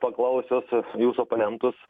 paklausius jūsų oponentus